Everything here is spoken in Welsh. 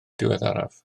diweddaraf